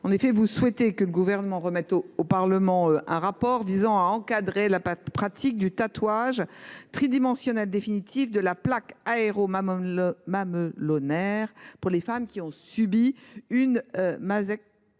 satisfait. Vous souhaitez que le Gouvernement remette au Parlement un rapport visant à encadrer la pratique du tatouage tridimensionnel définitif de la plaque aréolo mamelonnaire pour les femmes ayant subi une mastectomie.